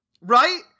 Right